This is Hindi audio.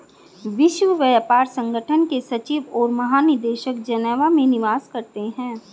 विश्व व्यापार संगठन के सचिव और महानिदेशक जेनेवा में निवास करते हैं